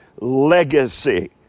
Legacy